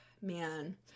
man